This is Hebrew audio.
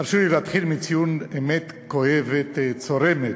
תרשו לי להתחיל מציון אמת כואבת, צורמת.